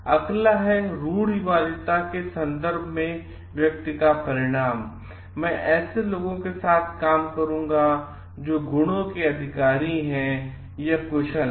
अगला है रूढ़िवादिता के संदर्भ में व्यक्ति का परिणाम मैं ऐसे लोगों के साथ काम करूंगा जो कुछ गुणों के अधिकारी हैं या कुशल हैं